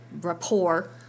rapport